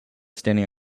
standing